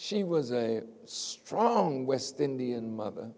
she was a strong west indian mother